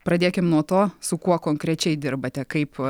pradėkim nuo to su kuo konkrečiai dirbate kaip